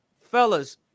Fellas